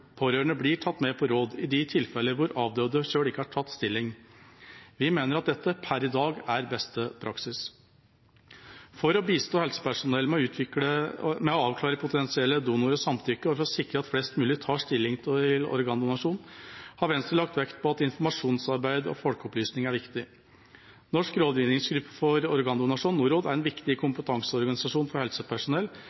pårørende blir tatt med på råd i de tilfeller hvor avdøde selv ikke har tatt stilling. Vi mener at dette per i dag er beste praksis. For å bistå helsepersonell med å avklare potensielle donorer og samtykke, og for å sikre at flest mulig tar stilling til organdonasjon, har Venstre lagt vekt på at informasjonsarbeid og folkeopplysning er viktig. Norsk Ressursgruppe for Organdonasjon, NOROD, er en viktig kompetanseorganisasjon for helsepersonell,